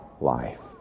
life